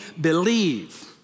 believe